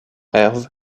herve